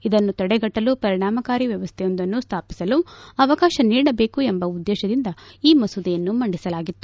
ಇದನ್ನು ತಡೆಗಟ್ಟಲು ಪರಿಣಾಮಕಾರಿ ವ್ಯವಸ್ವೆಯೊಂದನ್ನು ಸ್ವಾಪಿಸಲು ಅವಕಾಶ ನೀಡಬೇಕು ಎಂಬ ಉದ್ದೇಶದಿಂದ ಈ ಮಸೂದೆಯನ್ನು ಮಂಡಿಸಲಾಗಿತ್ತು